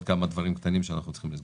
כמה דברים קטנים שאנחנו צריכים לסגור.